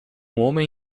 homem